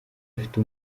afite